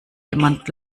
jemand